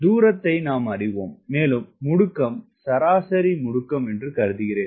தூரத்தை நாம் அறிவோம் மேலும் முடுக்கம் சராசரி முடுக்கம் என்று கருதுகிறேன்